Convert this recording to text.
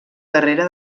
darrere